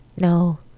No